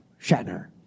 Shatner